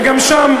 וגם שם,